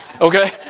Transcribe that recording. Okay